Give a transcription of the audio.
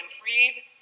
freed